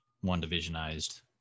one-divisionized